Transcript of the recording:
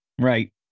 Right